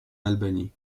albanie